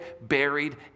buried